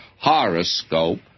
horoscope